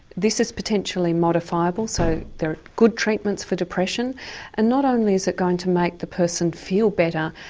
this is potentially modifiable, so there are good treatments for depression and not only is it going to make the person feel better,